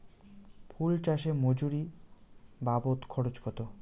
ফুল চাষে মজুরি বাবদ খরচ কত?